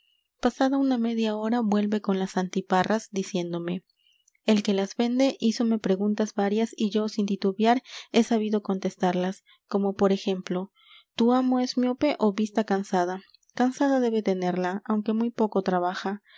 pasada una media hora vuelve con las antiparras diciéndome el que las vende hízome preguntas varias y yo sin titubear he sabido contestarlas como por e j e m p l o t u amo es miope ó vista cansada cansada debe tenerla aunque muy poco trabaja